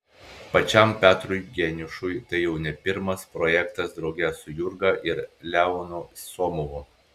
pačiam petrui geniušui tai jau ne pirmas projektas drauge su jurga ir leonu somovu